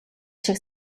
шиг